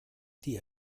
die